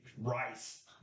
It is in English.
Rice